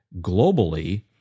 globally